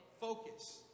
Focus